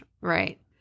Right